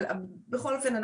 אבל בכל אופן,